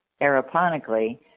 Aeroponically